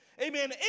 amen